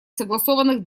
согласованных